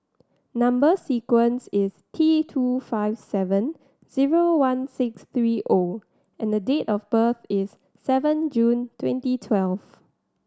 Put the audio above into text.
number sequence is T two five seven zero one six three O and the date of birth is seven June twenty twelve